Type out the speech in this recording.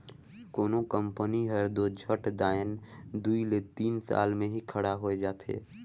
कोनो कंपनी हर दो झट दाएन दुई ले तीन साल में ही खड़ा होए जाथे